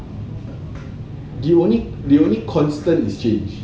the only the only constant is change